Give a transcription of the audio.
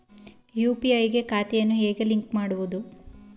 UPI ಗೆ ಖಾತೆಯನ್ನು ಹೇಗೆ ಲಿಂಕ್ ಮಾಡುವುದು?